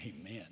Amen